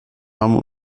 haben